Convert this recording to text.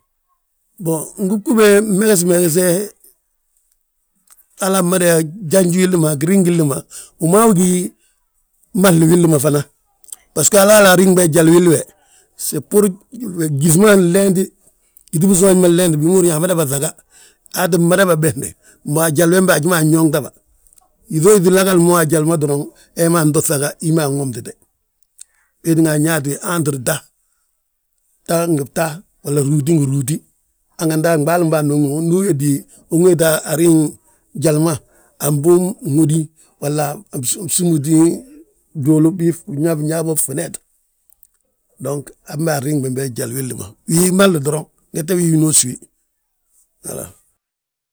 Mbon, ngúgube mmeesi meese, halaa mmada yaa njanj willi ma giriŋi gilli ma, wu ma wi gí, mahli willi ma fana. Bbasgo halaa ariŋ be jali willi we, gyíŧi ma nleenti, gyíŧi bisoonj ma nleenti bigi a húri amada bà ŧaga. Aa ttin madabà besnde, mbo a jali wembe, haji ma unyoontebà, yíŧoo yíŧi lagal mo a jali ma doroŋ hee ma anto ŧaga hí ma anwomtite. Wee tínga anyaate, ta, ta ngi bta, halla rúuti ngi rúuti, hanganti a ɓaalim bâan wommu, unwéeti ariŋ, jali ma, a mbum hódi walla a bsúmbuuti bduulu, nyaab nyaa bo